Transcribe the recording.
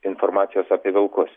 informacijos apie vilkus